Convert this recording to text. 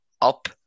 up